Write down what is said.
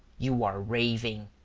you are raving.